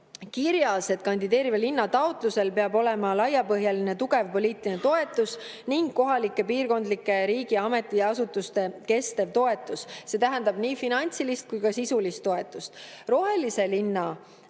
kirjas, et kandideeriva linna taotlusel peab olema laiapõhjaline tugev poliitiline toetus ning kohalike, piirkondlike ja riigi ametiasutuste kestev toetus. See tähendab nii finantsilist kui ka sisulist toetust. Rohelise pealinna